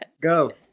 Go